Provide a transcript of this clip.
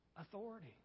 authority